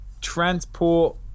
Transport